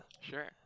Sure